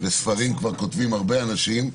וספרים כבר כותבים הרבה אנשים,